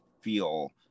feel